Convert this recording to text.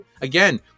Again